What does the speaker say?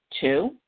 Two